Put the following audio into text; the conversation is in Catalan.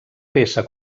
peça